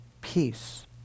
Peace